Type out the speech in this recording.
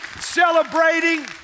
celebrating